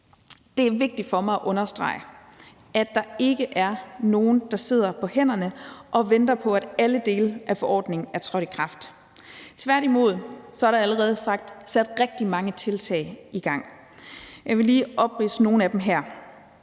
Det er vigtigt for mig at understrege, at der ikke er nogen, der sidder på hænderne og venter på, at alle dele af forordningen er trådt i kraft. Tværtimod er der allerede sat rigtig mange tiltag i gang, og jeg vil lige opridse nogle af dem her.